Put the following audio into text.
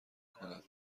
کند